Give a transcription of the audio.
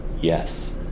yes